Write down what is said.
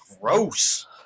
Gross